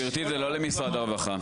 גבירתי, זה לא למשרד הרווחה.